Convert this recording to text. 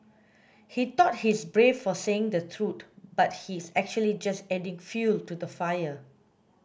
he thought he's brave for saying the truth but he's actually just adding fuel to the fire